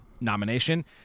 nomination